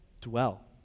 Dwell